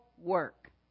work